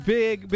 Big